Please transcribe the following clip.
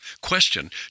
Question